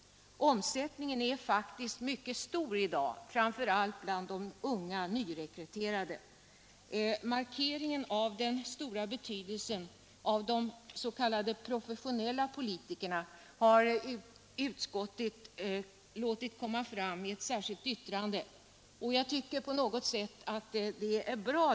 Omsättningen är faktiskt mycket stor i dag, framför allt bland de unga nyrekryterade. ; Markeringen av den stora betydelsen av de s.k. professionella politikerna har utskottet låtit komma fram i ett särskilt yttrande. Jag tycker på något sätt att det är bra.